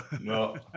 No